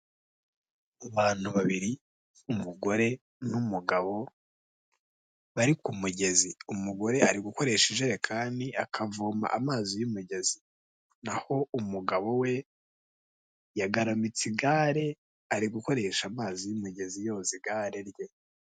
Abantu babiri, umugore n'umugabo, bari ku mugezi, umugore ari gukoresha ijerekani akavoma amazi y'umugezi n'aho umugabo we yagaramitse igare, ari gukoresha amazi y'imigezi yoza igare rye.